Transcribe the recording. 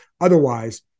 Otherwise